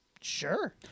Sure